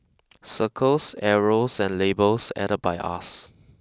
circles arrows and labels added by us